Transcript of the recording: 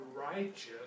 righteous